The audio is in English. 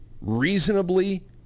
reasonably